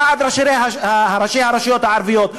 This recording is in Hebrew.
ועד ראשי הרשויות הערביות,